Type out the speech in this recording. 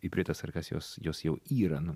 ipritas ar kas jos jos jau įran